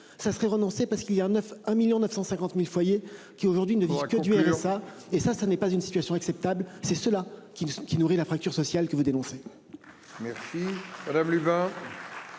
ça serait renoncer parce qu'il y a 9.950.000 foyers qui aujourd'hui ne pas que du RSA et ça, ça n'est pas une situation acceptable. C'est cela qui qui nourrit la fracture sociale que vous dénoncez.